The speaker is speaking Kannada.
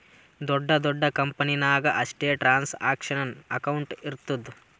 ದೊಡ್ಡ ದೊಡ್ಡ ಕಂಪನಿ ನಾಗ್ ಅಷ್ಟೇ ಟ್ರಾನ್ಸ್ಅಕ್ಷನಲ್ ಅಕೌಂಟ್ ಇರ್ತುದ್